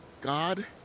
God